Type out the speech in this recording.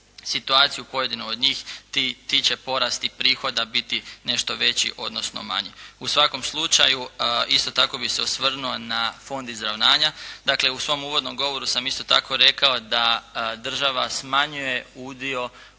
situaciji pojedinom od njih. Ti će porasti prihoda biti nešto veći, odnosno manji. U svakom slučaju isto tako bih se osvrnuo na Fond izravnanja. Dakle u svom uvodnom govoru sam isto tako rekao da država smanjuje udio